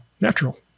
natural